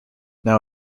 now